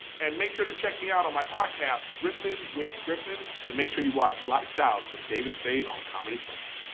and make sure to check me out on my podcast riffin with griffin. and make sure you watch lights out with david spade on comedy central.